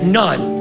none